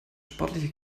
sportliche